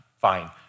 fine